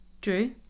Drew